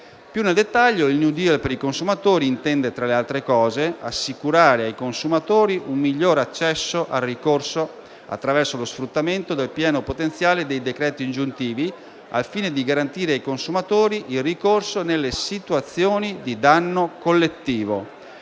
Più nel dettaglio, il "*New Deal*" per i consumatori intende, tra le altre cose, assicurare ai consumatori un migliore accesso al ricorso attraverso lo sfruttamento del pieno potenziale dei decreti ingiuntivi, al fine di garantire ai consumatori il ricorso nelle situazioni di danno collettivo,